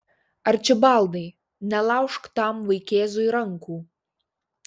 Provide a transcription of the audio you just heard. arčibaldai nelaužk tam vaikėzui rankų